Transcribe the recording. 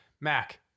Mac